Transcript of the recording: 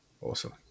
Awesome